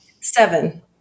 seven